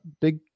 big